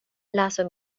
lasu